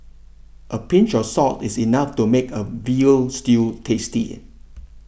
a pinch of salt is enough to make a Veal Stew tasty